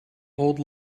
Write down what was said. old